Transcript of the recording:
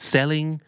Selling